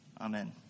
Amen